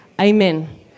Amen